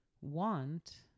Want